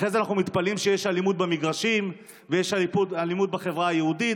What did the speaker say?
אחרי זה אנחנו מתפלאים שיש אלימות במגרשים ויש אלימות בחברה היהודית,